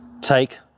take